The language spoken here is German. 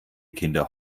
kinder